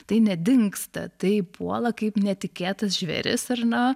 tai nedingsta taip puola kaip netikėtas žvėris ar ne